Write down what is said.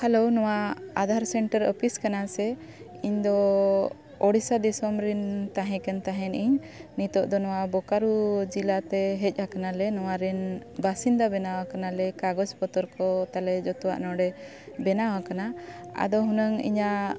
hello ᱱᱚᱣᱟ Aadhaar centre office ᱠᱟᱱᱟ ᱥᱮ ᱤᱧᱫᱚ ᱩᱲᱤᱥᱥᱟ ᱫᱤᱥᱚᱢ ᱨᱮᱱ ᱛᱟᱦᱮᱸ ᱠᱟᱱ ᱛᱟᱦᱮᱱ ᱤᱧ ᱱᱤᱛᱳᱜ ᱫᱚ ᱱᱚᱣᱟ ᱵᱳᱠᱟᱨᱳ ᱡᱮᱞᱟᱛᱮ ᱦᱮᱡ ᱟᱠᱟᱱᱟᱞᱮ ᱱᱚᱣᱟ ᱨᱮᱱ ᱵᱟᱥᱤᱱᱫᱟ ᱵᱮᱱᱟᱣ ᱟᱠᱟᱱᱟ ᱞᱮ ᱠᱟᱜᱚᱡᱽ ᱯᱚᱛᱚᱨ ᱠᱚ ᱛᱟᱞᱮ ᱡᱚᱛᱚᱣᱟᱜ ᱱᱚᱰᱮ ᱵᱮᱱᱟᱣ ᱟᱠᱟᱱᱟ ᱟᱫᱚ ᱦᱩᱱᱟᱹᱝ ᱤᱧᱟᱹᱜ